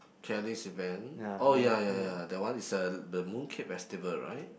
Kelly's event oh ya ya ya that one is a the Mooncake Festival right